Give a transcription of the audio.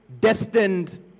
destined